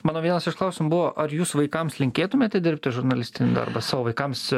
mano vienas iš klausimų buvo ar jūs vaikams linkėtumėte dirbti žurnalistinį darbą savo vaikams